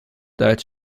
duidt